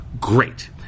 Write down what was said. Great